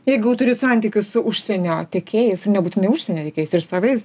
jeigu jau turit santykius su užsienio tiekėjais nebūtinai užsienio ir savais